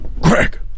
Greg